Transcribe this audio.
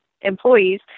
employees